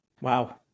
Wow